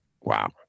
wow